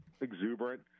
exuberant